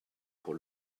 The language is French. pour